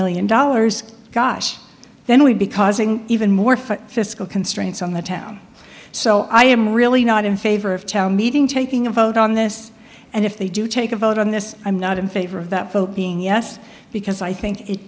million dollars gosh then we'd be causing even more for fiscal constraints on the town so i am really not in favor of town meeting taking a vote on this and if they do take a vote on this i'm not in favor of that folk being yes because i think it